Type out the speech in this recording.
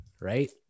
Right